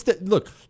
Look